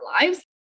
lives